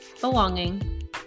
belonging